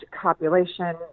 copulation